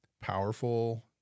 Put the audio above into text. powerful